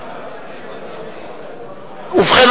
ובכן,